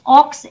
ox